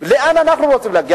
לאן אנחנו רוצים להגיע,